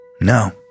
No